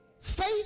Faith